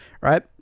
right